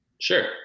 Sure